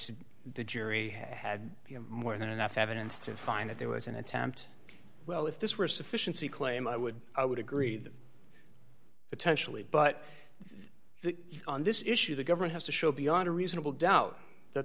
h the jury had more than enough evidence to find that there was an attempt well if this were a sufficiency claim i would i would agree that potentially but on this issue the government has to show beyond a reasonable doubt that